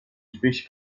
space